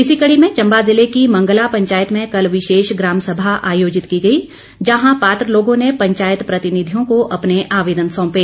इसी कड़ी में चम्बा जिले की मंगला पंचायत में कल विशेष ग्राम सभा आयोजित की गई जहां पात्र लोगों ने पंचायत प्रतिनिधियों को अपने आवेदन सौंपे